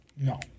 No